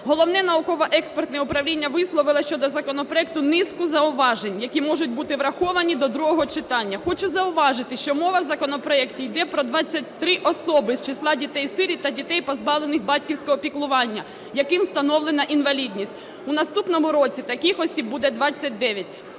Головне науково-експертне управління висловило щодо законопроекту низку зауважень, які можуть бути враховані до другого читання. Хочу зауважити, що мова в законопроекті йде про 23 особи з числа дітей-сиріт та дітей, позбавлених батьківського піклування, яким встановлена інвалідність. У наступному році таких осіб буде 29.